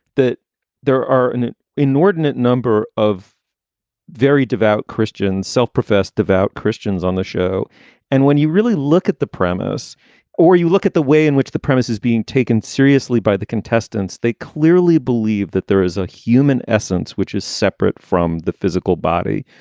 that there are an inordinate number of very devout christian, self-professed devout christians on the show and when you really look at the premise or you look at the way in which the premise is being taken seriously by the contestants, they clearly believe that there is a human essence which is separate from the physical body.